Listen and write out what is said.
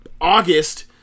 August